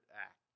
act